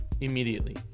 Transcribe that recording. immediately